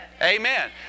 Amen